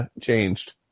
changed